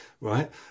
right